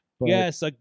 Yes